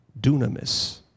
dunamis